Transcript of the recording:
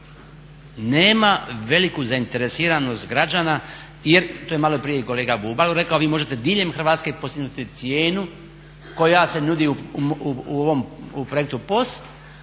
nema veliku zainteresiranost građana jer, to je malo prije i kolega Bubalo rekao, vi možete diljem Hrvatske postignuti cijenu koja se nudi u ovom projektu POS